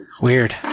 Weird